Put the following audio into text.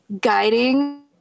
guiding